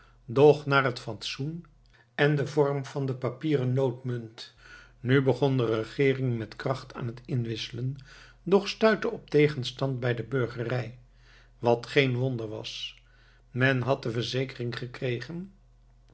doch naar het fatsoen en den vorm van de papieren noodmunt nu begon de regeering met kracht aan het inwisselen doch stuitte op tegenstand bij de burgerij wat geen wonder was men had de verzekering gekregen